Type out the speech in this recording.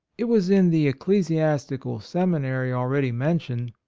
it was in the ecclesiastical semi nary already mentioned,